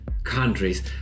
Countries